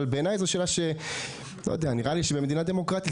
אבל בעיניי זו שאלה שנראה לי שבמדינה דמוקרטית